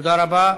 תודה רבה.